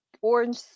Orange